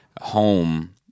home